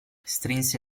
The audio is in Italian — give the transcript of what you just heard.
strinse